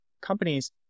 companies